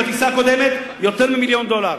בטיסה הקודמת, יותר ממיליון דולר.